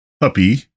puppy